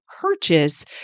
purchase